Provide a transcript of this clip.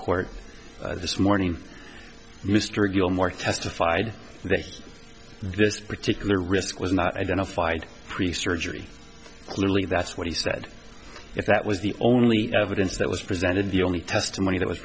court this morning mr gilmore testified that this particular risk was not identified pre surgery clearly that's what he said if that was the only evidence that was presented the only testimony that was